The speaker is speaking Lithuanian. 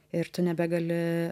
ir tu nebegali